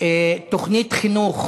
תוכנית חינוך